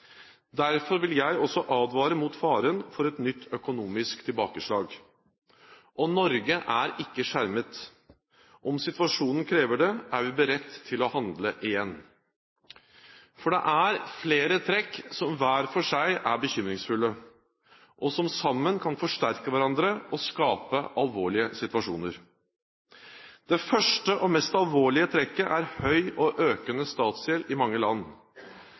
Derfor vil jeg også advare mot faren for et nytt økonomisk tilbakeslag. Og Norge er ikke skjermet. Om situasjonen krever det, er vi beredt til å handle igjen, for det er flere trekk som hver for seg er bekymringsfulle, og som sammen kan forsterke hverandre og skape alvorlige situasjoner. Det første og mest alvorlige trekket er høy og økende statsgjeld i mange land.